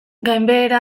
gainbehera